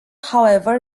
however